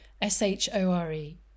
S-H-O-R-E